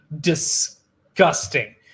disgusting